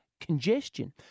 congestion